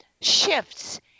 shifts